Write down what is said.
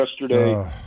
yesterday